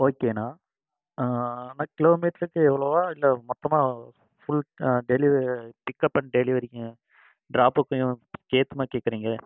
ஓகேண்ணா அண்ணா கிலோமீட்டருக்கு இவ்வளவா இல்லை மொத்தமாக ஃபுல் டெலிவ பிக்கப் அன் டெலிவரிக்கும் ட்ராப்புக்கும்கேற்ற மாதிரி கேட்குறீங்களே